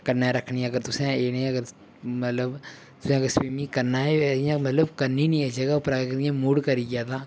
कन्नै रक्खनी अगर तुसें इनेंगी अगर मतलब तुसें अगर स्वीमिंग करना गै होऐ इयां मतलब करनी नी ऐसे जगह उप्पर अगर इयां मूड़ करी गेआ तां